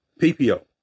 PPO